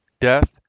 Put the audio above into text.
death